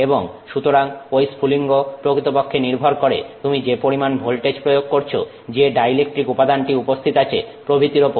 এবং সুতরাং ঐ স্ফুলিঙ্গ প্রকৃতপক্ষে নির্ভর করে তুমি যে পরিমাণ ভোল্টেজ প্রয়োগ করছো যে ডাই ইলেকট্রিক উপাদানটি উপস্থিত আছে প্রভৃতির উপর